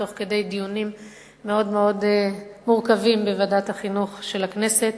תוך כדי דיונים מאוד מאוד מורכבים בוועדת החינוך של הכנסת.